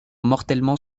mortellement